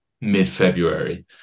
mid-february